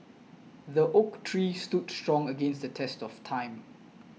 the oak tree stood strong against the test of time